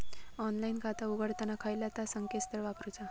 Online खाता उघडताना खयला ता संकेतस्थळ वापरूचा?